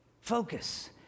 Focus